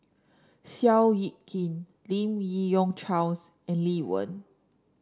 Seow Yit Kin Lim Yi Yong Charles and Lee Wen